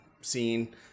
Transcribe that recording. scene